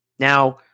Now